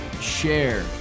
share